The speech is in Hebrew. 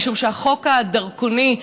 משום שהחוק הדרקוני,